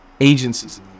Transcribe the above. agencies